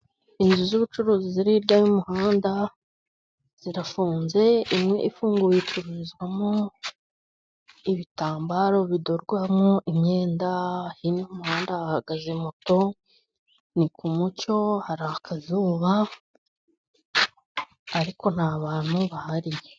Inzu z'ubucuruzi ziri hirya y'umuhanda zirafunze imwe ifunguye icururizwamo ibitambaro bidodwamo imyenda. Hino y'umuhanda hahagaze moto ni ku mucyo hari akazuba ariko nta bantu bahari.